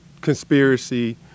conspiracy